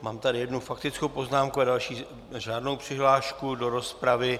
Mám tady jednu faktickou poznámku a další řádnou přihlášku do rozpravu.